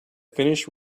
finished